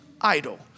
idol